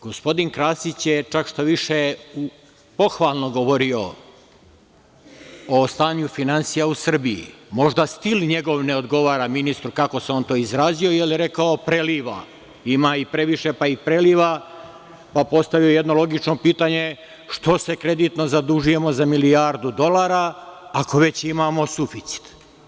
Gospodin Krasić je čak šta više pohvalno govorio o stanju finansija u Srbiji, možda stil njegov ne odgovara ministru kako se on to izrazio jer je rekao – preliva, ima ih previše pa i preliva, pa postavljam jedno logično pitanje – što se kreditno zadužujemo za milijardu dolara, ako već imamo suficit?